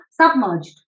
submerged